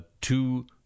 two